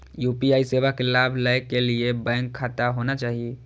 UPI सेवा के लाभ लै के लिए बैंक खाता होना चाहि?